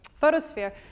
photosphere